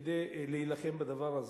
כדי להילחם בדבר הזה,